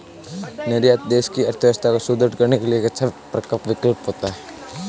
निर्यात देश की अर्थव्यवस्था को सुदृढ़ करने के लिए एक अच्छा प्रकल्प होता है